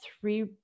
Three